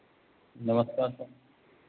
नमस्कार सर